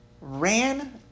ran